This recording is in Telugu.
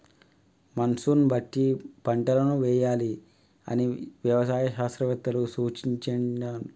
మాన్సూన్ బట్టి పంటలను వేయాలి అని వ్యవసాయ శాస్త్రవేత్తలు సూచించాండ్లు